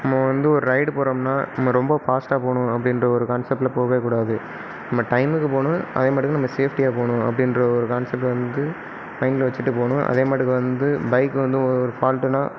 நம்ம வந்து ஒரு ரைடு போகிறோம்னா நம்ம ரொம்ப ஃபாஸ்ட்டாக போகணும் அப்படின்ற ஒரு கான்செப்ட்டில் போகவேக்கூடாது நம்ம டைமுக்கு போகணும் அதேமாட்டுக்கு நம்ம சேஃப்டியாக போகணும் அப்படின்ற ஒரு கான்செப்டை வந்து மைண்ட்டில் வச்சுட்டு போகணும் அதேமாட்டுக்கு வந்து பைக் வந்து ஒரு ஃபால்ட்டுனால்